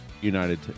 United